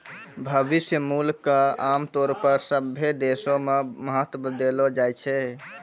भविष्य मूल्य क आमतौर पर सभ्भे देशो म महत्व देलो जाय छै